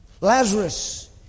Lazarus